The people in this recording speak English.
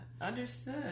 Understood